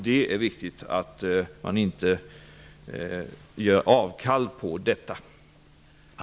Det är viktigt att man inte gör avkall på detta.